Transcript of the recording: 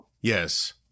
Yes